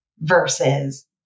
versus